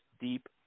deep